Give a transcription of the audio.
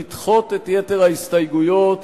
לדחות את יתר ההסתייגויות